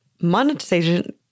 monetization